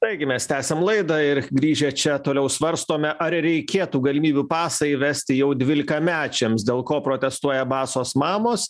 taigi mes tęsiam laidą ir grįžę čia toliau svarstome ar reikėtų galimybių pasą įvesti jau dvylikamečiams dėl ko protestuoja basos mamos